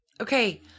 okay